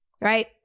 Right